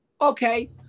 okay